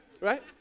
right